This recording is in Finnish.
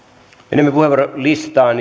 menemme puheenvuorolistaan